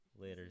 later